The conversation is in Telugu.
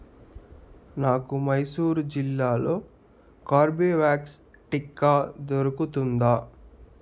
నాకు మైసూర్ జిల్లాలో కార్బేవ్యాక్స్ టీకా దొరుకుతుందా